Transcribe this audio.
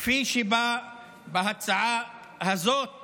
כפי שבא בהצעה הזאת